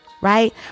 right